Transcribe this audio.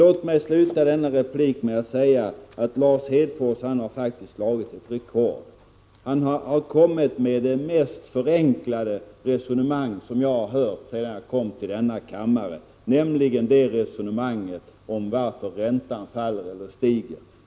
Låt mig sluta min replik med att säga att Lars Hedfors har slagit ett rekord. Han har kommit med det mest förenklade resonemang som jag någonsin hört sedan jag kom till denna kammare, nämligen hans resonemang om varför räntan falller eller stiger.